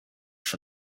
for